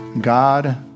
God